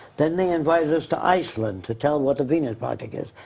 then they invited us to iceland to tell what the venus project is.